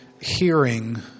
Hearing